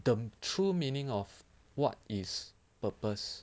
the true meaning of what is purpose